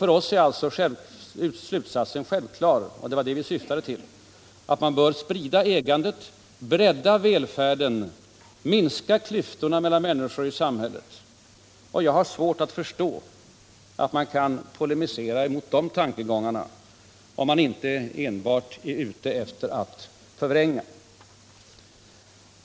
För oss är slutsatsen självklar: Man bör sprida ägandet, bredda välfärden och minska klyftorna mellan människor i samhället. Jag har svårt att förstå att man kan polemisera mot de tankegångarna, om man inte enbart är ute för att förvränga.